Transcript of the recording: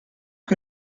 que